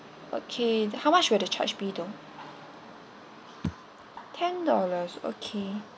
okay how much will the charge would be though ten dollars okay